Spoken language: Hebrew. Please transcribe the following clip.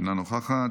אינה נוכחת,